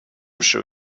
sure